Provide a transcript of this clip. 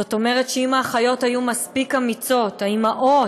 זאת אומרת, שאם האחיות היו מספיק אמיצות, האימהות,